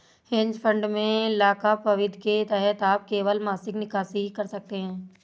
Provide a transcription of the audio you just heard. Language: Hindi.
हेज फंड में लॉकअप अवधि के तहत आप केवल मासिक निकासी ही कर सकते हैं